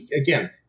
again